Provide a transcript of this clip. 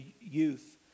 youth